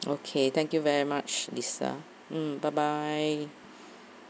okay thank you very much lisa mm bye bye